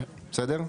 בסדר?